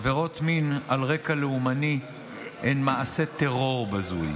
עבירות מין על רקע לאומני הן מעשה טרור בזוי.